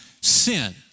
sin